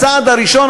הצעד הראשון,